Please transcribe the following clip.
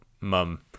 mum